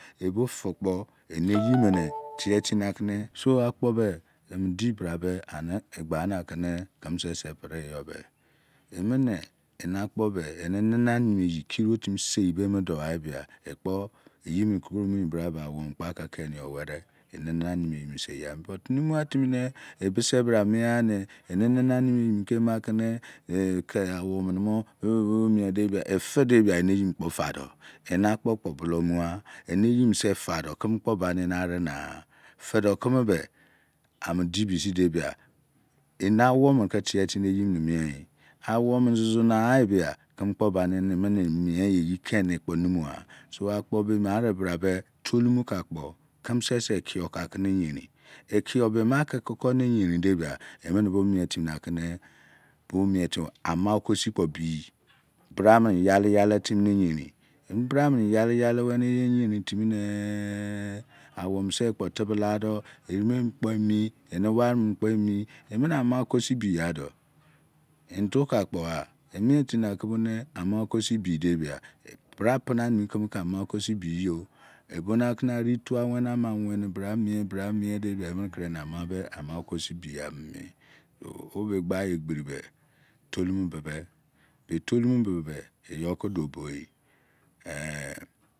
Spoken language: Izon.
Ebi gekno eneyi mene tie timi na kene so akpo se emu di bra se ani egba na kene keme sese preyi yo be eme ne ana kpo be eni nana nimifyi kiri otimi sei daugha begha ekpo eneyi mene kromuyi bra ba awo omene kpo ake keni yo oweri eni nana emi eyimini sei gha but mumu gha timi ne e use bra mie gha ne eni nana waimi eyi kake anawo meme mo bebe mie de bia efede bia eneyi mene kpo fado ena kpo kpo owo mughal ene yimi8gado keme kpo ba enarinagha gedo keme kpo ba enarinagha gedo keme be amu disi sin de bia enawomene ke tie timi ne eyiminise mieyi awo nene zuzunagha bia keme kpo ba ne emene mieyi kene kpo numugha so akpo keme sese eki yor kakeme eyerin de bia emene bo mie timi nake mie timi amaki si kpo biyi bra mene yale yale timi neyerin bra mene yale yale timi nahi awo mennese kpo tibe lado emene mini kpo emi eni wari mini kpo emi emene apa oko o bia do ensi ka kpo gha emiye timi na ama oko si bide bia bra pina nimi keme ka ama okosibi yo ebonakene ari twa wene ama wene bra bra miede bia eme kuri nake ne amu be ama oko subiamimi so obe gba iyi egheri be rowmobebe be tolu mobe e be eyi keduo boyi